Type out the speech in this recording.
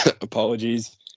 Apologies